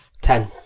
Ten